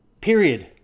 Period